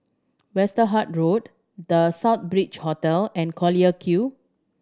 Westerhout Road The Southbridge Hotel and Collyer Quay